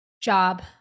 job